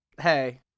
hey